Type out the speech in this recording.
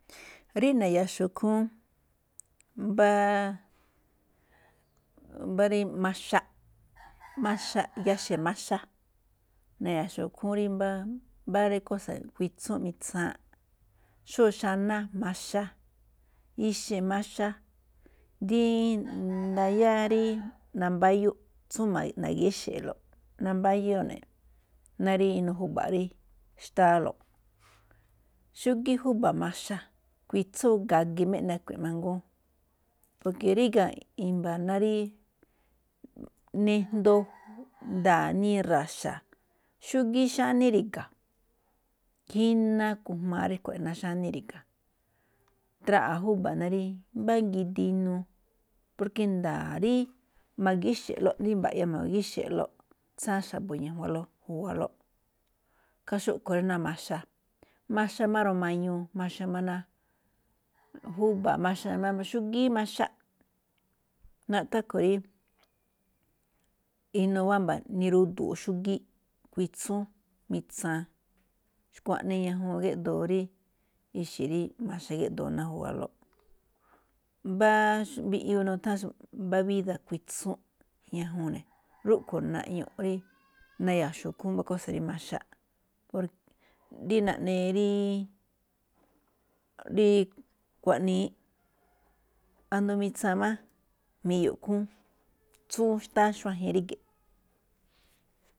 Rí na̱ya̱xu̱u̱ ikhúúnꞌ, mbá mbá rí maxaꞌ, maxa, giaxe̱ maxa, na̱ya̱xu̱u̱ ikhúúnꞌ mbá, mbá rí kósa̱ kuitsúun mitsaanꞌ, xó xaná maxa, ixe̱ maxa, dí ndayá rí nambáyu̱ꞌ tsúúnꞌ na̱ꞌgéxe̱lo̱ꞌ nambáyúꞌ ne̱ ná rí inuu ju̱ba̱ꞌ rí xtáálo̱ꞌ. Xúgíí júba̱ maxa, kuitsúun gagi máꞌ eꞌne a̱kui̱nꞌ mangúún porke ríga̱. I̱mba̱ ná rí nijndoo nda̱a̱ ni ra̱xa̱, xúgíí xání ri̱ga̱, jíná ikujmaa rí xkuaꞌnii xání. Traꞌa̱ júba̱ rí mbá̱ ngidi inuu porke nda̱a̱ rí ma̱ꞌgí xe̱ꞌlo̱ꞌ rí mba̱ꞌyóo ma̱ꞌgí xe̱ꞌlo̱ꞌ, tsaan xa̱bo̱ ñajuanlóꞌ juwalóꞌ. Ra̱ꞌkhá xúꞌkhue̱n rí ná maxa, maxa máꞌ ná rawuun mañuu, maxa máꞌ ná, júba̱ maxa ná mbá xúgíí maxaꞌ. Naꞌthán rúꞌkhue̱n rí, inu wámba̱ nirudu̱u̱ꞌ xúgííꞌ kuitsúun, mitsaan, xkuaꞌnii ñajuun géꞌdoo rí ixe̱ rí maxa ná juwalóꞌ. Mbá mbiꞌyuu nu̱tha̱nxo̱ꞌ mbá bída̱ kuitsúun ñajuun ne̱, rúꞌkhue̱n naꞌñu̱ꞌ rí na̱ya̱xu̱u̱ ikhúúnꞌ mbá kósa̱ rí maxa, dí naꞌne rí dí xkuaꞌnii asndo mitsaan máꞌ jmiyo̱ꞌ ikhúúnꞌ tsúún xtáá xuajen ríge̱ꞌ.